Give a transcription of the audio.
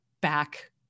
back